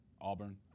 Auburn